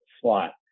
slot